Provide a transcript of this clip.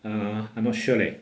err I'm not sure leh